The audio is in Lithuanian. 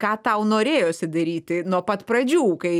ką tau norėjosi daryti nuo pat pradžių kai